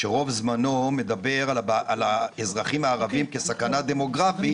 שרוב זמנו מדבר על האזרחים הערבים כסכנה דמוגרפית,